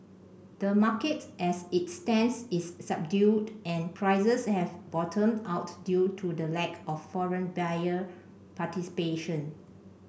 the market as it stands is subdued and prices have bottomed out due to the lack of foreign buyer participation